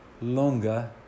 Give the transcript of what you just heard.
longer